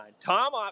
Tom